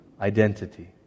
identity